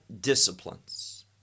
disciplines